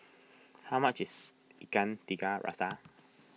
how much is Ikan Tiga Rasa